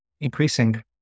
increasing